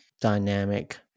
dynamic